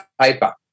paper